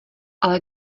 ale